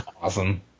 Awesome